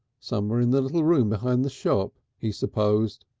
somewhere in the little room behind the shop, he supposed,